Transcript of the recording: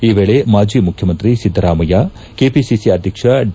ಈ ವೇಳೆ ಮಾಜಿ ಮುಖ್ಯಮಂತ್ರಿ ಸಿದ್ದರಾಮಯ್ಯ ಕೆಪಿಸಿಸಿ ಅಧ್ಯಕ್ಷ ಡಿ